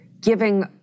giving